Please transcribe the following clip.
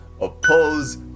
oppose